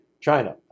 China